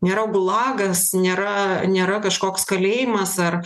nėra gulagas nėra nėra kažkoks kalėjimas ar